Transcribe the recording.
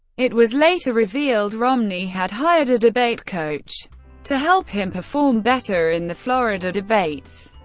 it was later revealed romney had hired a debate coach to help him perform better in the florida debates.